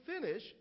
finish